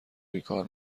بیکار